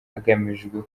hagamijwe